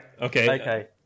Okay